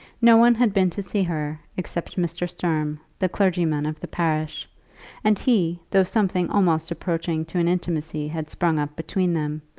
no one had been to see her, except mr. sturm, the clergyman of the parish and he, though something almost approaching to an intimacy had sprung up between them,